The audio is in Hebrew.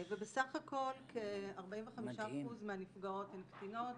ובסך הכל כ-45% מהנפגעות הן קטינות.